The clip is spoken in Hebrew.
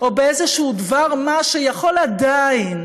או באיזשהו דבר מה שיכול עדיין